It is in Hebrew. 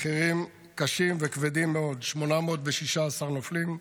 מחירים קשים וכבדים מאוד, 816 נופלים,